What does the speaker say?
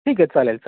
ठीक आहे चालेल चालेल